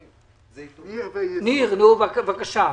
בבקשה.